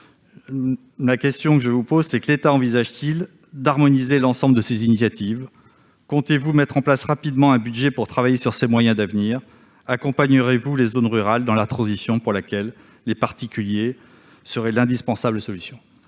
d'État, le Gouvernement envisage-t-il d'harmoniser l'ensemble de ces initiatives ? Comptez-vous mettre en place rapidement un budget pour travailler sur ces moyens d'avenir ? Accompagnerez-vous les zones rurales dans leur transition pour laquelle les particuliers sont l'indispensable maillon ?